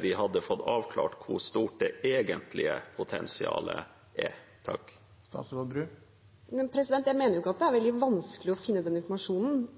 vi hadde fått avklart hvor stort det egentlige potensialet er? Jeg mener ikke at det er veldig vanskelig å finne den informasjonen.